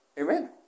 Amen